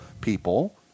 people